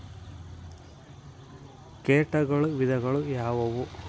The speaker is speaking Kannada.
ಕೇಟಗಳ ವಿಧಗಳು ಯಾವುವು?